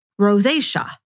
rosacea